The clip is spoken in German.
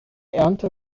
ernte